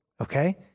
okay